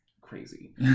Crazy